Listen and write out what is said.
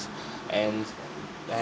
and